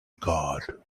god